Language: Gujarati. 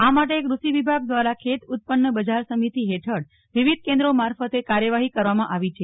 આ માટે કૃષિ વિભાગ દ્વારા ખેતઉત્પન્ન બજાર સમિતિ હેઠળ વિવિધ કેન્દ્રો મારફતે કાર્યવાહિ કરવામાં આવી છે